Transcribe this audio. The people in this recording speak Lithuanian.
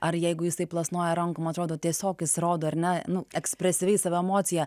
ar jeigu jisai plasnoja rankom atrodo tiesiog jis rodo ar ne nu ekspresyviai savo emociją